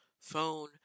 phone